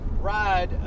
ride